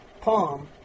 palm